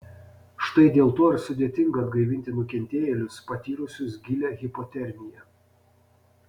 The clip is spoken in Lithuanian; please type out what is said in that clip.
štai dėl to ir sudėtinga atgaivinti nukentėjėlius patyrusius gilią hipotermiją